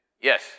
Yes